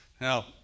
Now